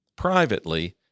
privately